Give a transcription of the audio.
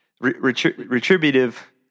retributive